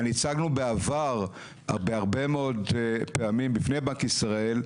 הצגנו בעבר בהרבה מאוד פעמים בפני בנק ישראל,